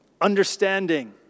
Understanding